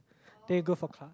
then you go for class